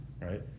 right